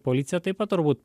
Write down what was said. policija taip pat turbū